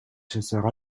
chasseurs